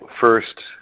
first